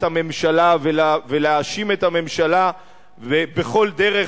הממשלה ולהאשים את הממשלה בכל דרך,